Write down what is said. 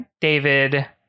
David